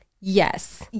Yes